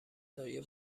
سایه